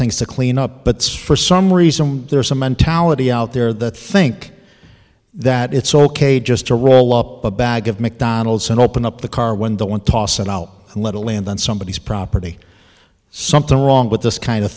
things to clean up but for some reason there's a mentality out there that think that it's ok just to roll up a bag of mcdonald's and open up the car when the one toss it out and little land on somebody's property something wrong with this kind of